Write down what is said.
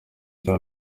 cya